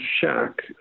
shack